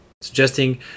suggesting